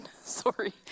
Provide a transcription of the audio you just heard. sorry